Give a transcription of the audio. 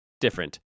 different